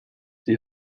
die